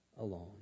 alone